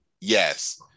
yes